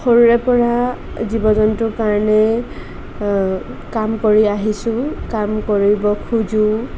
সৰুৰে পৰা জীৱ জন্তুৰ কাৰণে কাম কৰি আহিছোঁ কাম কৰিব খোজোঁ